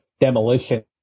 demolition